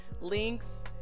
links